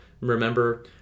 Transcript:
Remember